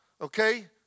okay